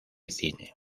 cine